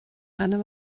ainm